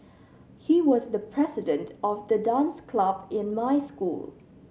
he was the president of the dance club in my school